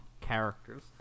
characters